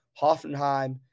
Hoffenheim